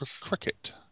cricket